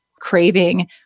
craving